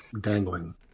dangling